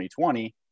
2020